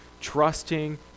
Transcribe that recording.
trusting